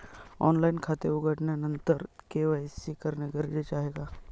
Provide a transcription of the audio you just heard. Online खाते उघडल्यानंतर KYC करणे गरजेचे आहे का?